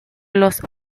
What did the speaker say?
los